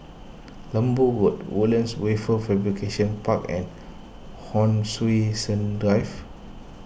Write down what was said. Lembu Road Woodlands Wafer Fabrication Park and Hon Sui Sen Drive